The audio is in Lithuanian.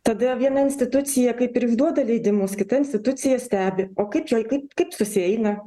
tada viena institucija kaip ir išduoda leidimus kita institucija stebi o kaip čia kaip kaip susieina